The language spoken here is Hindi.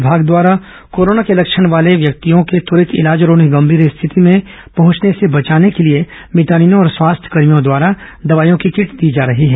विभाग द्वारा कोरोना के लक्षण वाले व्यक्तियों के त्वरित इलाज और उन्हें गंभीर स्थिति में पहुंचने से बचाने के लिए मितानिनों और स्वास्थ्य कर्मियों द्वारा दवाईयों की किट दी जा रही है